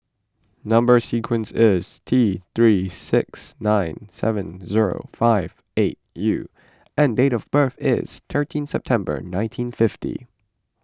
Number Sequence is T three six nine seven zero five eight U and date of birth is thirteen September nineteen fifty